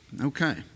Okay